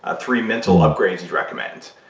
ah three mental upgrades you'd recommend.